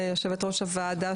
יושבת-ראש הוועדה,